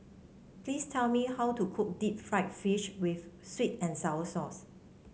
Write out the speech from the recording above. please tell me how to cook Deep Fried Fish with sweet and sour sauce